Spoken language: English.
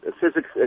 physics